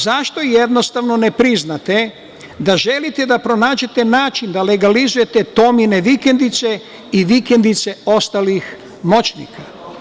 Zašto jednostavno ne priznate da želite da pronađete način da legalizujete Tomine vikendice i vikendice ostalih moćnika?